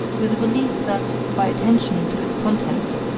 with the belief that, by attention to its contents,